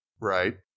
Right